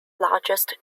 largest